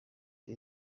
cya